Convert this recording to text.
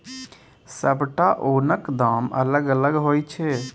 सबटा ओनक दाम अलग अलग होइ छै